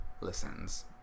Listens